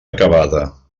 acabada